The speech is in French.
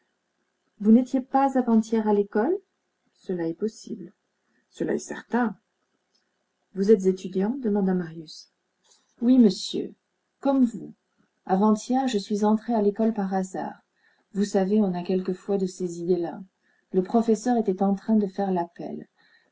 vous n'étiez pas avant-hier à l'école cela est possible cela est certain vous êtes étudiant demanda marius oui monsieur comme vous avant-hier je suis entré à l'école par hasard vous savez on a quelquefois de ces idées-là le professeur était en train de faire l'appel